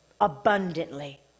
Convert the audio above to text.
abundantly